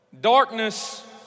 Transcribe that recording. Darkness